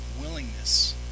willingness